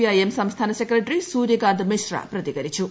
I M സംസ്ഥാന secretary Suryakant Mishra പ്രതികരിച്ചു